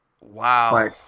Wow